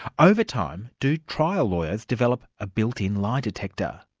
over time, do trial lawyers develop a built-in lie detector?